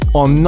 on